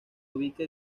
ubica